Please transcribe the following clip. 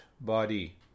body